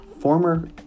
former